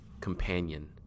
companion